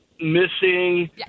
missing